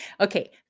Okay